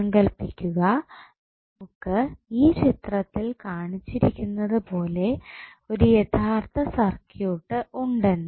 സങ്കൽപ്പിക്കുക നമുക്ക് ഈ ചിത്രത്തിൽ കാണിച്ചിരിക്കുന്നത് പോലെ ഒരു യഥാർത്ഥ സർക്യൂട്ട് ഉണ്ടെന്ന്